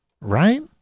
right